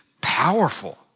powerful